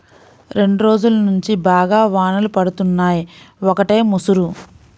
రెండ్రోజుల్నుంచి బాగా వానలు పడుతున్నయ్, ఒకటే ముసురు